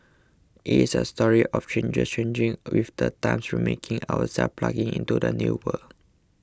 it is a story of change changing with the times remaking ourselves plugging into the new world